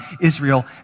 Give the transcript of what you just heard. Israel